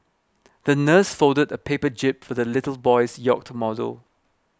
the nurse folded a paper jib for the little boy's yacht model